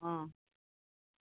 অঁ